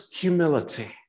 humility